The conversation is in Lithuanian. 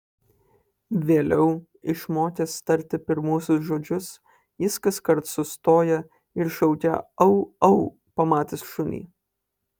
vėliau išmokęs tarti pirmuosius žodžius jis kaskart sustoja ir šaukia au au pamatęs šunį